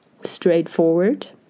straightforward